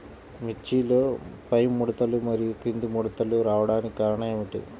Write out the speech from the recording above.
మిర్చిలో పైముడతలు మరియు క్రింది ముడతలు రావడానికి కారణం ఏమిటి?